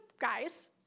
guys